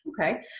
Okay